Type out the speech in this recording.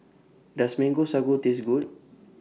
Does Mango Sago Taste Good